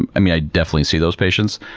and i mean i definitely see those patients.